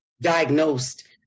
diagnosed